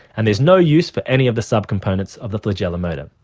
and there's no use for any of the subcomponents of the flagellar motor.